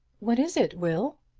what is it, will?